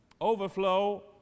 Overflow